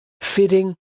fitting